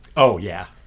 oh, yeah.